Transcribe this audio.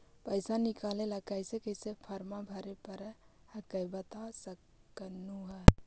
पैसा निकले ला कैसे कैसे फॉर्मा भरे परो हकाई बता सकनुह?